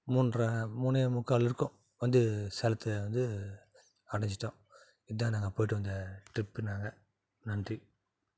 மூண்ரை மூணே முக்கால் இருக்கும் வந்து சேலத்தை வந்து அடைஞ்சிட்டோம் இதுதான் நாங்கள் போயிட்டு வந்த ட்ரிப்பு நாங்கள் நன்றி